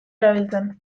erabiltzen